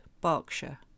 Berkshire